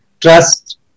Trust